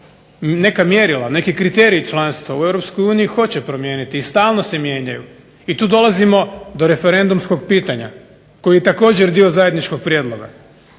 neka mjerila, neki kriteriji članstva u Europskoj uniji hoće promijeniti i stalno se mijenjanju, i tu dolazimo do referendumskog pitanja, koji je također dio zajedničkog prijedloga,